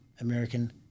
american